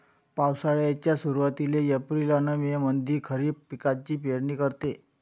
पावसाळ्याच्या सुरुवातीले एप्रिल अन मे मंधी खरीप पिकाची पेरनी करते